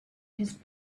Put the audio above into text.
his